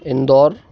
Indore